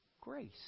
Grace